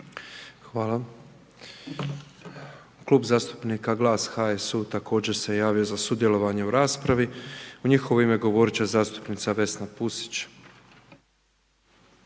hvala. Klub zastupnika Glas-HSU također se javio za završnu riječ, u njihov ime govorit će zastupnik Silvano